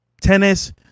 tennis